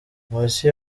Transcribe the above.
nkusi